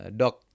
dok